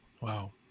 Wow